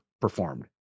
performed